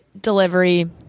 delivery